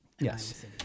Yes